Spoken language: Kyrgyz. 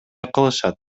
кылышат